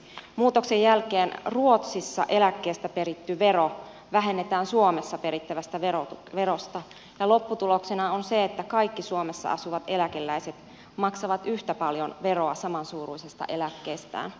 muutoksen jälkeen ruotsissa eläkkeestä peritty vero vähennetään suomessa perittävästä verosta ja lopputuloksena on se että kaikki suomessa asuvat eläkeläiset maksavat yhtä paljon veroa samansuuruisesta eläkkeestään